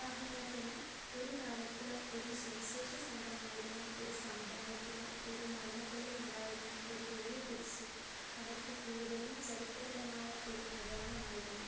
ഉദാഹരണത്തിന് ഒരു കാലത്ത് ഒരു സുവിശേഷ സംഘമായിരുന്ന ഒരു സമുദായത്തിന് ഒരു മലമുകളിൽ ഉണ്ടായിരുന്ന ഒരു വലിയ കുരിശ് അവര്ക്ക് കൂടുതലും ചരിത്രപരമായ ഒരു അടയാളമായിരുന്നു